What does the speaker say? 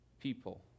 people